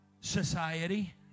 society